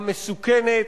המסוכנת,